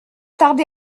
tarder